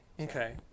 okay